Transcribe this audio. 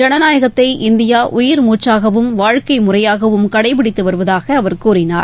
ஜனநாயகத்தை இந்தியாஉயிர் மூச்சாகவும் வாழ்க்கைமுறையாகவும் கடைபிடித்துவருவதாகஅவர் கூறினார்